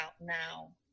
now